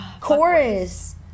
Chorus